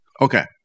okay